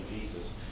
Jesus